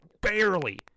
barely